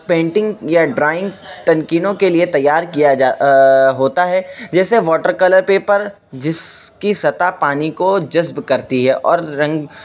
painting یا drawing ٹنکینوں کے لیے تیار کیا ہوتا ہے جیسے واٹر کلر پیپر جس کی سطح پانی کو جذب کرتی ہے اور رنگ